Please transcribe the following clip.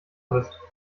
bist